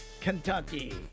Kentucky